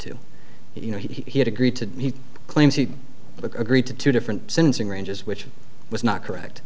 to you know he had agreed to he claims he agreed to two different syncing ranges which was not correct